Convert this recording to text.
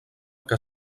que